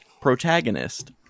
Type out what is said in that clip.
protagonist